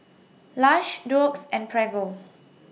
Lush Doux and Prego